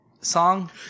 song